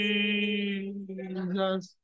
Jesus